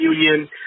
union